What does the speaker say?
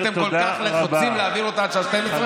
אתם כל כך לחוצים להעביר אותה עד השעה 24:00?